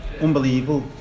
unbelievable